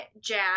Jack